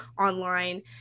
online